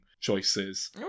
choices